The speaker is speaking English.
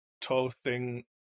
toasting